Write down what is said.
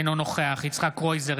אינו נוכח יצחק קרויזר,